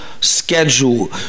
schedule